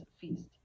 feast